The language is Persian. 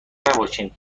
نباشین